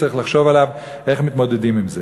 וצריך לחשוב איך מתמודדים עם זה.